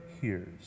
hears